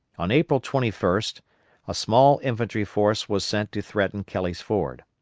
on april twenty first a small infantry force was sent to threaten kelly's ford.